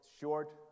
short